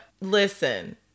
listen